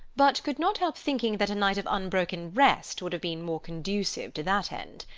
but could not help thinking that a night of unbroken rest would have been more conducive to that end.